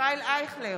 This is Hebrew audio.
ישראל אייכלר,